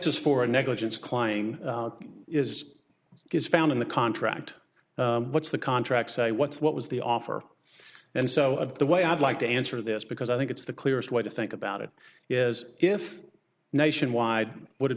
just for a negligence climbing is is found in the contract what's the contract say what's what was the offer and so the way i'd like to answer this because i think it's the clearest way to think about it is if nationwide would